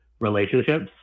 relationships